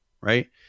right